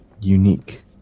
unique